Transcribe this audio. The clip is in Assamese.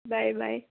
bye bye